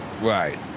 Right